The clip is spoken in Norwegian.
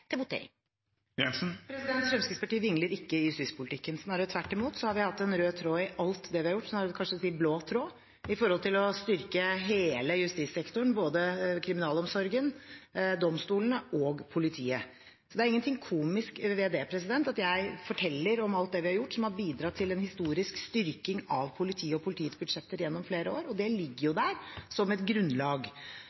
til votering. Fremskrittspartiet vingler ikke i justispolitikken. Snarere tvert imot har vi hatt en rød tråd i alt vi har gjort, jeg vil kanskje si en blå tråd, for å styrke hele justissektoren, både kriminalomsorgen, domstolene og politiet. Det er ikke noe komisk ved det at jeg forteller om alt vi har gjort som har bidratt til en historisk styrking av politiet og politiets budsjetter gjennom flere år. Det ligger der som et grunnlag. Så har Fremskrittspartiet inngått en budsjettavtale med regjeringspartiene. Den stemmer vi for. Det betyr jo